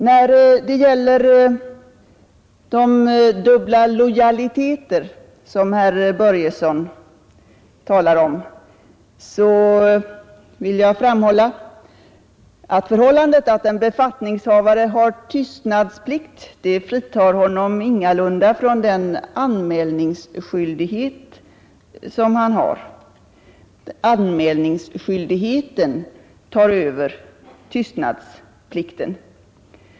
När det gäller de dubbla lojaliteter som herr Börjesson i Falköping talar om vill jag framhålla att det förhållandet att en befattningshavare har tystnadsplikt ingalunda fritar honom från den anmälningsskyldighet han har; anmälningsskyldigheten tar över tystnadsplikten.